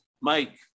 mike